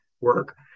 work